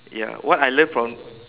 ya what I learn from